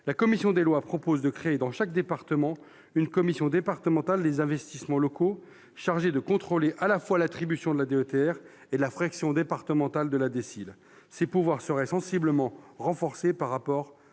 la commission des lois propose de créer dans chaque département une commission départementale des investissements locaux chargée de contrôler à la fois l'attribution de la DETR et la fraction départementale de la DSIL. Ses pouvoirs seraient sensiblement renforcés par rapport